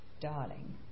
darling